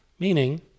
Meaning